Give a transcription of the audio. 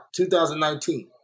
2019